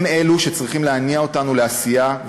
הם אלו שצריכים להניע אותנו לעשייה,